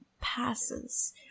passes